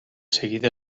seguida